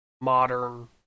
modern